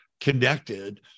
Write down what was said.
connected